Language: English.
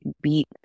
beat